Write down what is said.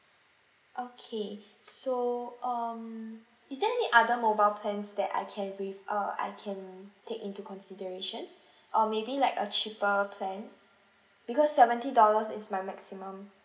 okay so um is there any other mobile plans that I can with err I can take into consideration or maybe like a cheaper plan because seventy dollars is my maximum